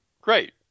Great